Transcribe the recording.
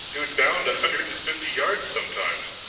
it would bound a hundred and fifty yards sometimes.